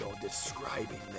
describing